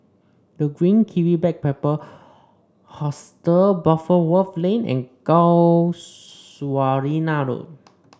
The Green Kiwi Backpacker Hostel Butterworth Lane and Casuarina Road